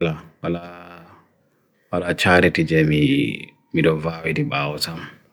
pala, pala chare tijemi mido vawe di bawe sam.